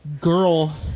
girl